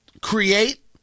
create